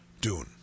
dune